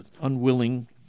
unwilling